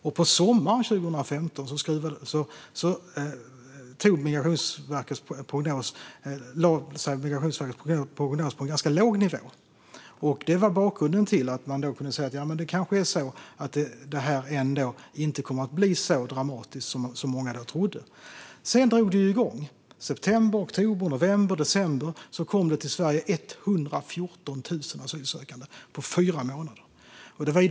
Och på sommaren 2015 lade Migrationsverket sin prognos på en ganska låg nivå. Det var bakgrunden till att man då kunde säga att det kanske ändå inte skulle bli så dramatiskt som många då trodde. Sedan drog det igång. I september, oktober, november och december, alltså på fyra månader, kom det till Sverige 114 000 asylsökande.